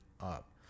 up